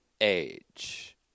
age